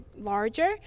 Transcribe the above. larger